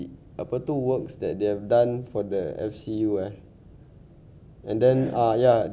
I know rin joo I think they are they are not keen to have us already ah ever since